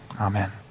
Amen